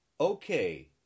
okay